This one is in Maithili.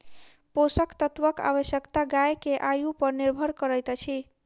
पोषक तत्वक आवश्यकता गाय के आयु पर निर्भर करैत अछि